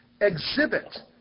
exhibit